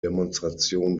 demonstration